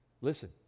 Listen